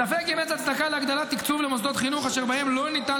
ספק אם יש הצדקה להגדלת תקצוב למוסדות חינוך אשר בהם לא ניתן